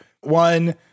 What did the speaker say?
one